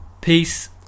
peace